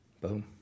boom